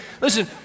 listen